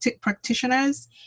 practitioners